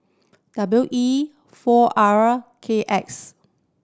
W E four R K X